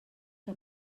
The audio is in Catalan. que